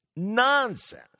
Nonsense